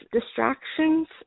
distractions